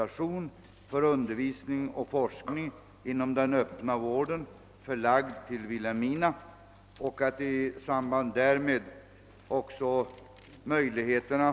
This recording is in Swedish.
I vissa fall kan man även finna att en och samma nämnd fattat olika beslut på framställningar från personer med identiska skäl, likadan tjänsteställning m.m.